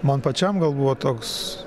man pačiam gal buvo toks